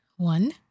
One